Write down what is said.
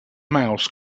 mouse